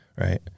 right